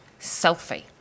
selfie